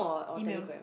email